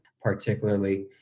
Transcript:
particularly